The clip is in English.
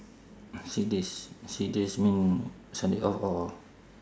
six days six days mean sunday off or